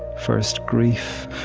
first grief,